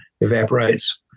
evaporates